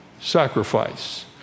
sacrifice